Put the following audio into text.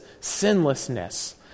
sinlessness